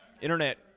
internet